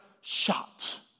shot